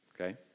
Okay